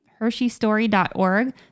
HersheyStory.org